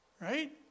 right